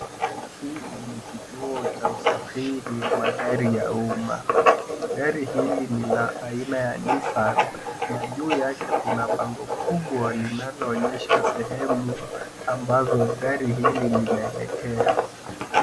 Hii ni kituo cha usafiri wa magari ya umma. Gari hili ni la aina ya nissan na juu yake kuna bango kubwa linaonyesha sehemu ambapo gari hili linaelekea.